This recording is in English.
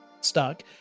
stuck